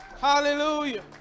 hallelujah